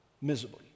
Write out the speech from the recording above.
miserably